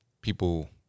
people